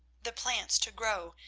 the plants to grow,